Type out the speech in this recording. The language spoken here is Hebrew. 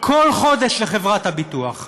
כל חודש לחברת הביטוח,